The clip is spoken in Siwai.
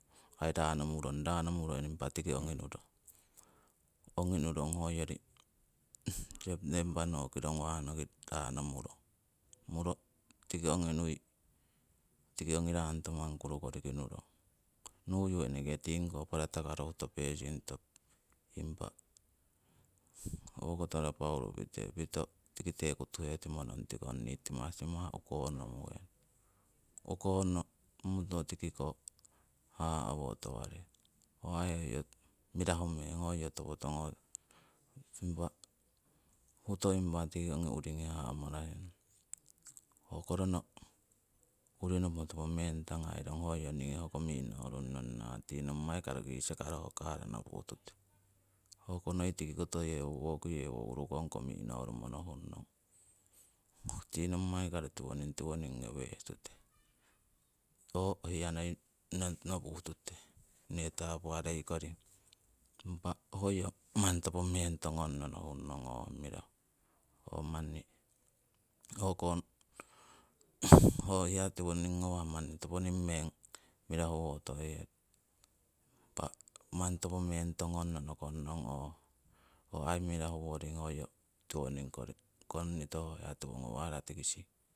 Rano murong, rano muro impa tiki ongi nurong, ongi nurong. Hoyori september roki ronguhah noki rano murong muro tiki ongi nui tiki ongi rangoto manguru koriki nurong nuyu eneke tingi ko parato karo huto peesinto impa owokoto rabaul pite. Pito tikite kutuhe timo nong tikong nii timah timah ukonno muhenong, ukonno muto tikiko haha'wo tawarei ho ai mirahu meng hoyo topo tongosing. Impa huto impa tiki ongi uringi haha' marahe nong, hoko rono urinopo topo meng tangairong hoyo ningi hoko mi'norung nongo nahah tii nommai karo kisakaro ho kara nopuh tute. Hoko noi tiki koto heko urukong ko mi'norumo nohurunnong ti nommai karo tiwoning tiwoning ngoweh tute, ho hiya noi nopuh tute nee tapuwarei koring. Impa hoyo manni topo meng tongonno nohunong oo mirahu manni hoko ho hiya tiwoning ngawah manni toponing meng mirahu toye impa manni topo meng tongunno nokung ngong ooh ai mirahu woring hoyo konito ho hiya tiwo ngawah rakitising